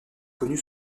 connue